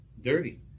dirty